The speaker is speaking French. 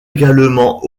également